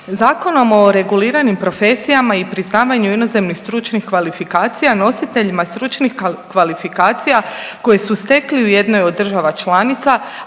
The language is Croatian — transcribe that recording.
Zakonom o reguliranim profesijama i priznavanju inozemnih stručnih kvalifikacija nositeljima stručnih kvalifikacija koje su stekli u jednoj od država članica,